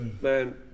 Man